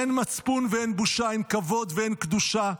אין מצפון ואין בושה, אין כבוד ואין קדושה.